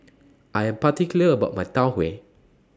I Am particular about My Tau Huay